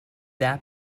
that